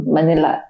Manila